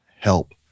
help